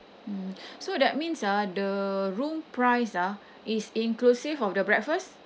mm so that means ah the room price ah is inclusive of the breakfast